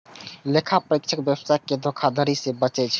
लेखा परीक्षक व्यवसाय कें धोखाधड़ी सं बचबै छै